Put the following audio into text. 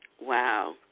wow